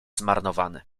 zmarnowany